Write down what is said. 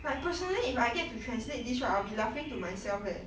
but personally if I get to translate this right I'll be laughing to myself leh